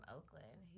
Oakland